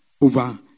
over